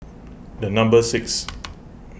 the number six